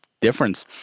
difference